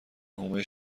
حومه